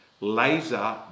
laser